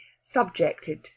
subjected